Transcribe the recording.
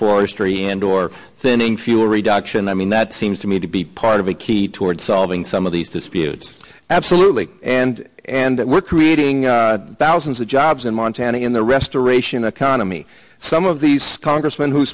forestry and or thinning fuel reduction i mean that seems to me to be part of the key toward solving some of these disputes absolutely and and we're creating thousands of jobs in montana in the restoration of qana me some of these congressmen who